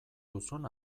duzun